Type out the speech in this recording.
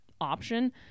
option